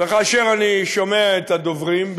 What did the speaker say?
וכאשר אני שומע את הדוברים,